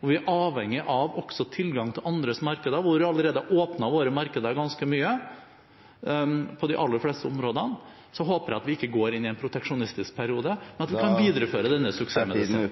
og vi er avhengige av tilgang til andres markeder. Vi har allerede åpnet våre markeder ganske mye, på de aller fleste områdene. Så håper jeg at vi ikke går inn i en proteksjonistisk periode, men at vi kan videreføre denne suksessmedisinen.